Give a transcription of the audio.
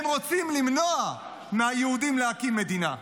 הם רוצים למנוע מהיהודים להקים מדינה.